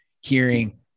hearing